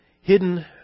Hidden